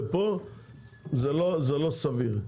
זה לא סביר.